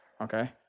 Okay